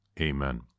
Amen